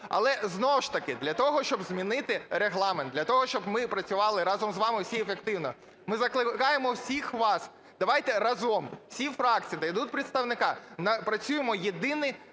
Але, знову ж таки, для того, щоб змінити регламент, для того, щоб ми працювали разом з вами всі ефективно, ми закликаємо всіх вас, давайте разом, всі фракції найдуть представника, напрацюємо єдиний